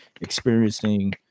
experiencing